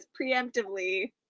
preemptively